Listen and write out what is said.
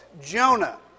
Jonah